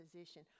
position